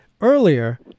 earlier